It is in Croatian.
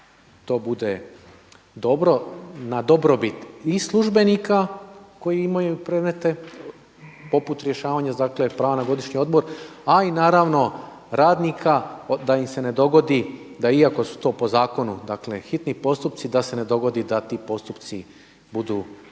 to bude dobro, na dobrobit i službenika koji imaju predmete poput rješavanja dakle prava na godišnji odmor a i naravno radnika da im se ne dogodi da iako su to po zakonu dakle hitni postupci da se ne dogodi da ti postupci budu